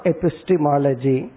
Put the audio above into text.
Epistemology